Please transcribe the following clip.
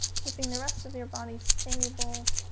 keeping the rest of your body stable